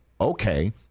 Okay